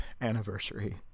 anniversary